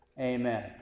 amen